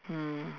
mm